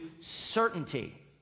certainty